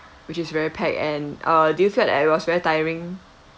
which is very packed and uh do you feel that it was very tiring